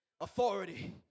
authority